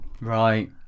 Right